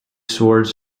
swords